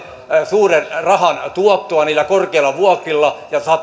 suuren rahan tuottoa niillä korkeilla vuokrilla ja